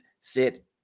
sit